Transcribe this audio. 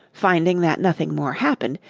finding that nothing more happened,